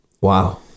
Wow